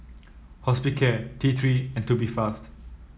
Hospicare T Three and Tubifast